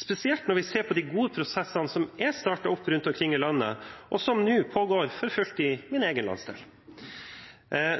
spesielt når vi ser på de gode prosessene som er startet opp rundt omkring i landet, og som nå pågår for fullt i min egen landsdel.